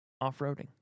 off-roading